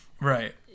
right